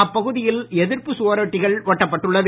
அப்பகுதியில் எதிர்ப்பு சுவரொட்டிகள் ஒட்டப்பட்டுள்ளது